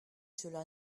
cela